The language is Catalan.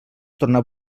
tornar